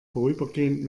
vorübergehend